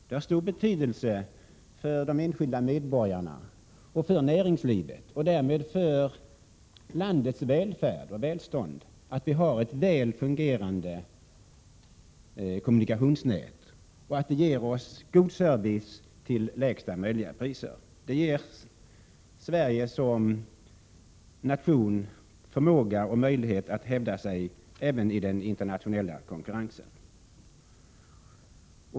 Det har stor betydelse för de enskilda medborgarna, för näringslivet och därmed för landets välfärd och välstånd att vi har ett väl fungerande kommunikationsnät, som ger oss god service till lägsta möjliga kostnad. Det ger Sverige som nation förmåga och möjlighet att även hävda sig i den internationella konkurrensen.